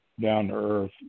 down-to-earth